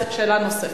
שאלה נוספת.